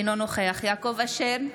אינו נוכח יעקב אשר,